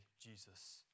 Jesus